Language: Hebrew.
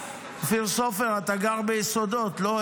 אופיר סופר, אתה גר ביסודות, לא?